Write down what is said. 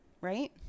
right